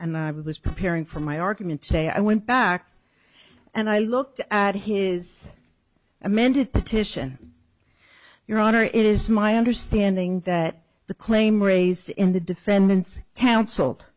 and i was preparing for my argument today i went back and i looked at his amended petition your honor it is my understanding that the claim raised in the defendant's counsel